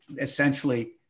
essentially